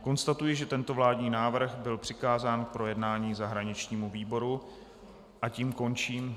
Konstatuji, že tento vládní návrh byl přikázán k projednání zahraničnímu výboru, a tím končím...